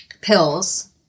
pills